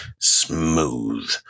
Smooth